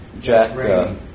Jack